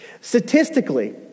Statistically